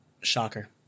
Shocker